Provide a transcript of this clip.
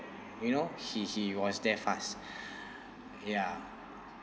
you know he he was there fast ya